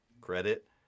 credit